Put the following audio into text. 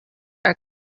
are